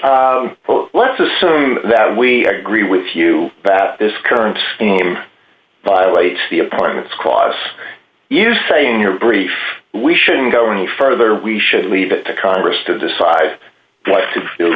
laicus let's assume that we agree with you bat this current in him violate the apartment's clause you say in your brief we shouldn't go any further we should leave it to congress to decide what to do